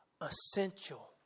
essential